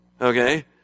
Okay